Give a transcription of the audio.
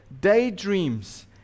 daydreams